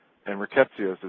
and rickettsioses,